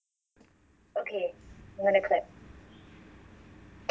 okay I'm gonna clap